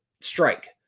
strike